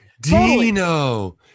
Dino